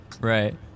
Right